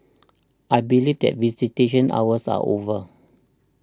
I believe that visitation hours are over